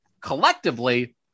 collectively